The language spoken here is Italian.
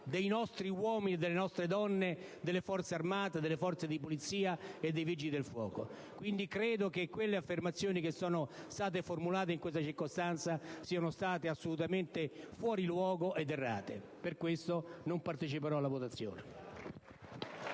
dei nostri uomini e delle nostre donne delle Forze armate, delle Forze di polizia e dei Vigili del fuoco. Quindi, credo che quelle affermazioni che sono state formulate in quella circostanza siano state assolutamente fuori luogo ed errate. Per questo non parteciperò alla votazione*.